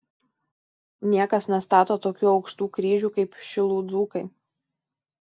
niekas nestato tokių aukštų kryžių kaip šilų dzūkai